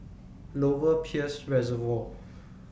Lower Peirce Reservoir